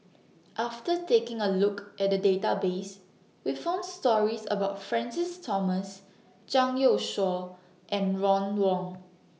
after taking A Look At The Database We found stories about Francis Thomas Zhang Youshuo and Ron Wong